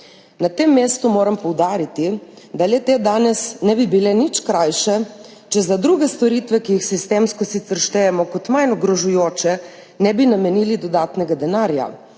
Na tem mestu moram poudariti, da le-te danes ne bi bile nič krajše, če za druge storitve, ki jih sistemsko sicer štejemo kot manj ogrožajoče, ne bi namenili dodatnega denarja,